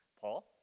Paul